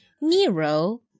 Nero